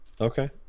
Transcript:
Okay